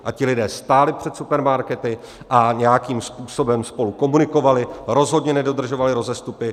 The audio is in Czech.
A ti lidé stáli před supermarkety a nějakým způsobem spolu komunikovali, rozhodně nedodržovali rozestupy.